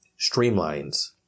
streamlines